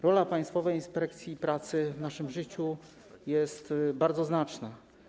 Rola Państwowej Inspekcji Pracy w naszym życiu jest bardzo znaczna.